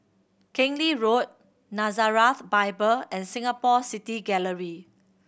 Keng Lee Road Nazareth Bible and Singapore City Gallery